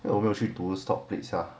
有没有去 to stock splits ah